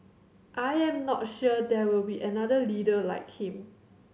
I am not sure there will be another leader like him